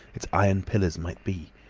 its iron pillars, might be.